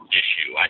issue